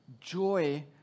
joy